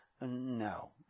No